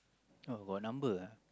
oh got number ah